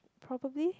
probably